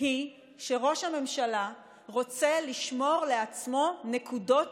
היא שראש הממשלה רוצה לשמור לעצמו נקודות